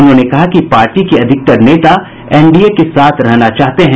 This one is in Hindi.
उन्होंने कहा कि पार्टी के अधिकतर नेता एनडीए के साथ रहना चाहते हैं